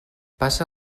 passa